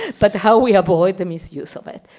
but how we avoid the misuse of it?